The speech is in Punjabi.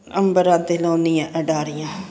ਅੰਬਰਾਂ 'ਤੇ ਲਾਉਂਦੀ ਐਂ ਉਡਾਰੀਆਂ